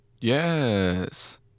Yes